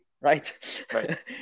right